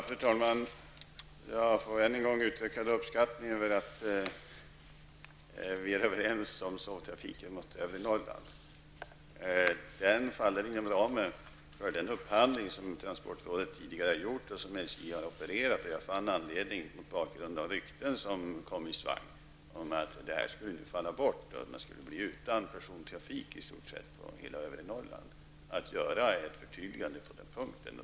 Fru talman! Jag får än en gång uttrycka uppskattningen över att vi är överens om sovvagnstrafiken i övre Norrland. Den faller inom ramen för den upphandling som transportrådet tidigare har gjort och som SJ har offererat. Det var mot bakgrund av de rykten som kom i svang att den trafiken skulle falla bort och att hela övre Norrland i stort sett skulle bli utan persontrafik som det var nödvändigt att göra ett förtydligande på den punkten.